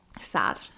sad